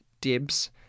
Dibs